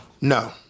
No